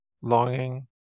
longing